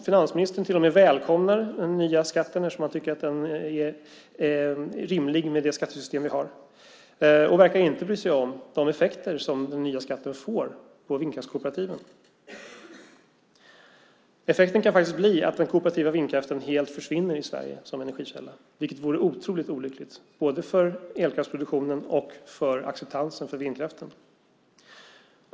Finansministern till och med välkomnar den nya skatten ungefär som om han tycker att den är rimlig med det skattesystem vi har och verkar inte bry sig om de effekter som den nya skatten får på vindkraftskooperativen. Effekten kan faktiskt bli att den kooperativa vindkraften helt försvinner i Sverige som energikälla, vilket vore otroligt olyckligt både för elkraftsproduktionen och för acceptansen för vindkraften.